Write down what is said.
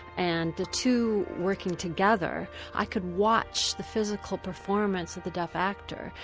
and the two working together i could watch the physical performance of the deaf actor.